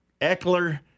Eckler